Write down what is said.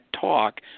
talk